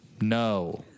No